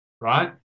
right